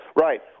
Right